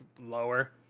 lower